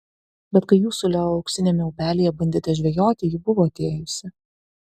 bet kai jūs su leo auksiniame upelyje bandėte žvejoti ji buvo atėjusi